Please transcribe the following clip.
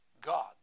God